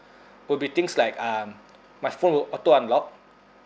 will be things like um my phone will auto unlock